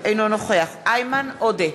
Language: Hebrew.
אינו נוכח איימן עודה,